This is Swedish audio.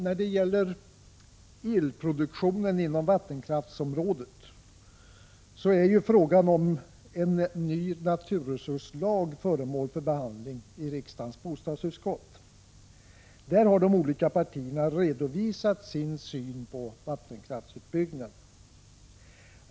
När det gäller elproduktionen inom vattenkraftsområdet så är ju frågan om ny naturresurslag föremål för behandling i riksdagens bostadsutskott. Där har de olika partierna redovisat sin syn på vattenkraftsutbyggnaden.